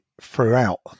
throughout